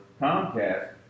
Comcast